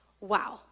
Wow